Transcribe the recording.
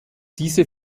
diese